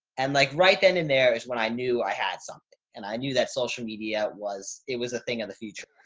and like right then and there is when i knew i had something and i knew that social media was, it was a thing of the future.